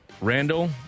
Randall